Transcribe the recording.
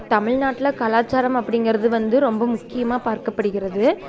தமிழ்நாட்டில் கலாச்சரம் அப்படிங்குறது வந்து ரொம்ப முக்கியமாக பார்க்கப்படுகிறது